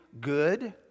good